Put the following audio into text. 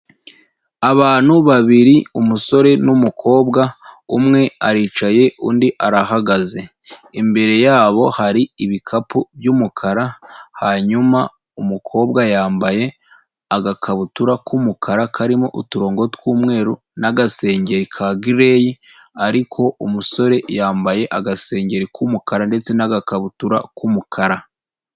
Abantu babiri umusore n'umukobwa umwe aricaye undi arahagaze, imbere yabo hari ibikapu by'umukara hanyuma umukobwa yambaye agakabutura k'umukara karimo uturongo tw'umweru n'agasengeri ka gireyi ariko umusore yambaye agasengeri k'umukara ndetse n'agakabutura k'umukara.